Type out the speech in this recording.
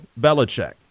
Belichick